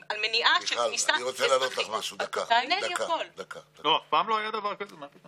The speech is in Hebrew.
בתקופה שלך היו צריכים גם לשלם לתלמידים